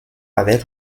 avec